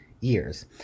years